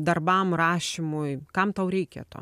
darbam rašymui kam tau reikia to